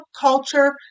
culture